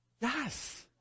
Yes